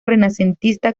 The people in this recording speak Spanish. renacentista